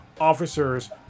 officers